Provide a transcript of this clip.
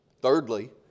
Thirdly